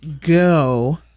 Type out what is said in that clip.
go